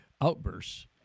outbursts